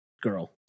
girl